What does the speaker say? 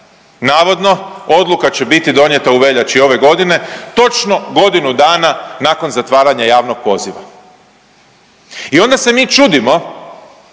Navodno, odluka će biti donijeta u veljači ove godine, točno godinu dana nakon zatvaranja javnog poziva. I onda se mi čudimo